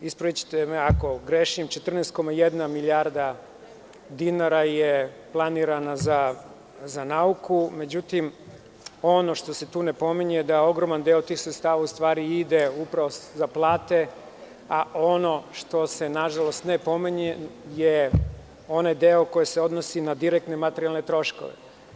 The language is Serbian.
Ispravićete me ako grešim, 14,1 milijarda dinara je planirana za nauku, međutim ono što se ne pominje je da ogroman deo tih sredstava ide za plate, a ono što se nažalost ne pominje je onaj deo koji se odnosi na direktne materijalne troškove.